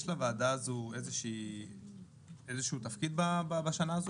יש לוועדה הזו איזשהו תפקיד בשנה הזו?